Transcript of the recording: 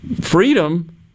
Freedom